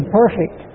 perfect